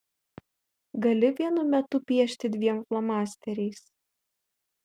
gali vienu metu piešti dviem flomasteriais